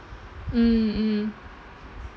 mm mm